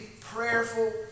prayerful